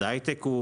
ב-2022 ההייטק הוא